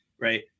right